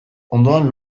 ondoan